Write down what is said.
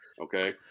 Okay